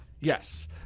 Yes